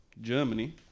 Germany